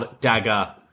dagger